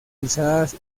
usadas